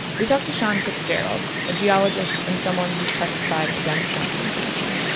we talked to sean fitzgerald, a geologist and someone who's testified against johnson and johnson.